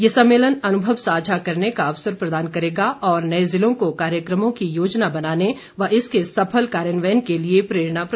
ये सम्मेलन अनुभव साझा करने का अवसर प्रदान करेगा और नए जिलों को कार्यक्रमों की योजना बनाने व इसके सफल कार्यान्वयन के लिए प्रेरणा प्रदान करेगा